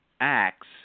acts